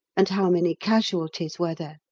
and how many casualties were there,